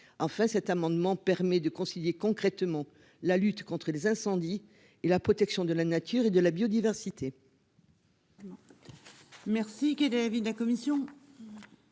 Enfin, cet amendement permet de concilier concrètement la lutte contre les incendies et la protection de la nature et de la biodiversité.